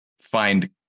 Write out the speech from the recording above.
Find